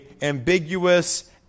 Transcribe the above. ambiguous